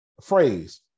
phrase